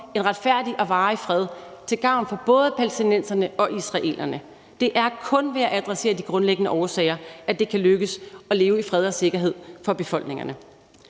en retfærdig og varig fred til gavn for både palæstinenserne og israelerne. Det er kun ved at adressere de grundlæggende årsager, at det kan lykkes at leve i fred og sikkerhed for befolkningerne.